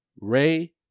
Ray